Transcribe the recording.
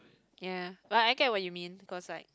ya but I get what you mean cause like